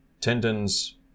tendons